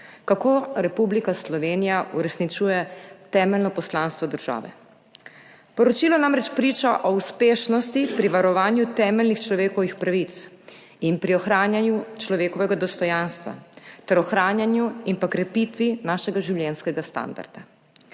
kako Republika Slovenija uresničuje temeljno poslanstvo države. Poročilo namreč priča o uspešnosti pri varovanju temeljnih človekovih pravic in pri ohranjanju človekovega dostojanstva ter ohranjanju in krepitvi našega življenjskega standarda.